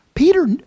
Peter